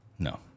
No